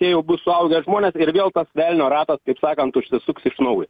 jie jau bus suaugę žmonės ir vėl tas velnio ratas kaip sakant užsisuks iš naujo